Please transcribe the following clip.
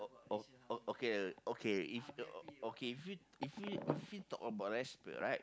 o~ o~ o~ okay okay if uh okay if we if we if we talk about respect right